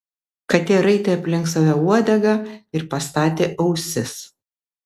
katė raitė aplink save uodegą ir pastatė ausis